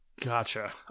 Gotcha